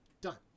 Done